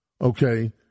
Okay